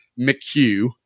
McHugh